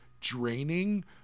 draining